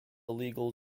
legal